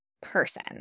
person